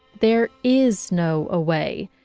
there is no away,